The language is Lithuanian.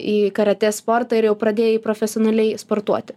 į karatė sportą ir jau pradėjai profesionaliai sportuoti